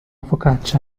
focaccia